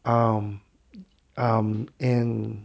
um um and